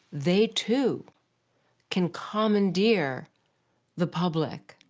they too can commandeer the public,